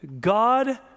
God